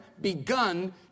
begun